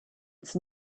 it’s